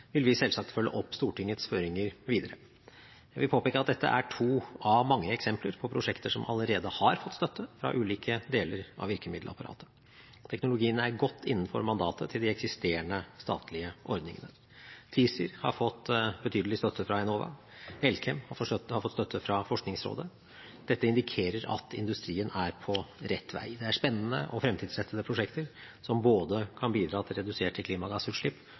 vil vi selvsagt følge opp Stortingets føringer videre. Jeg vil påpeke at dette er to av mange eksempler på prosjekter som allerede har fått støtte fra ulike deler av virkemiddelapparatet. Teknologiene er godt innenfor mandatet til de eksisterende statlige ordningene. TiZir har fått betydelig støtte fra Enova. Elkem har fått støtte fra Forskningsrådet. Dette indikerer at industrien er på rett vei. Det er spennende og fremtidsrettede prosjekter som både kan bidra til reduserte klimagassutslipp